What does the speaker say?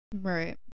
Right